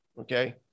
okay